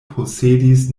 posedis